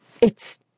It's